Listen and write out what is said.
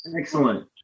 Excellent